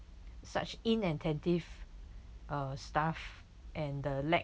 such inattentive uh staff and the lack